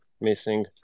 missing